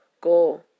go